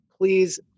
Please